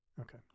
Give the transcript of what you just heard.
Okay